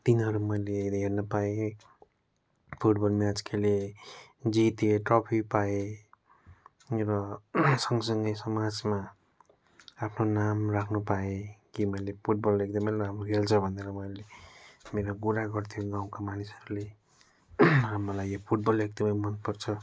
दिनहरू मैले हेर्न पाएँ कि फुटबल म्याच खेलेँ जितेँ ट्रफी पाएँ र सँगसँगै समाजमा आफ्नो नाम राख्नु पाएँ कि मैले फुटबल एकदमै राम्रो खेल्छ भनेर मैले मेरो कुरा गर्थ्यो गाउँका मानिसहरले मलाई फुटबल एकदमै मन पर्छ